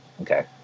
Okay